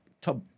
top